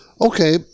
Okay